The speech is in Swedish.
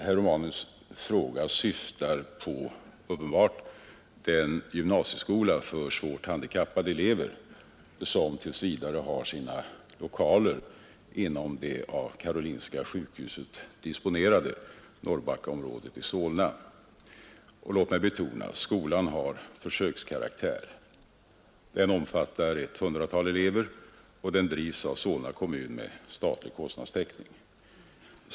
Herr Romanus” fråga syftar uppenbart på den gymnasieskola för svårt handikappade elever som tills vidare har sina lokaler inom det av Karolinska sjukhuset disponerade Norrbackaområdet i Solna. Låt mig betona att skolan har försökskaraktär. Den omfattar ett hundratal elever, och den drivs av Solna kommun med statlig kostnadstäckning.